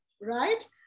Right